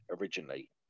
originally